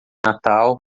natal